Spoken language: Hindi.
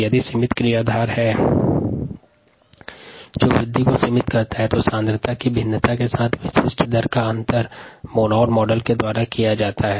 यदि सीमित क्रियाधार ग्रोथ को सीमित करता है तब सांद्रता में भिन्नता के साथ विशिष्ट वृद्धि का अंतर मोनोड मॉडल के द्वारा दिया गया है